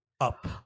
up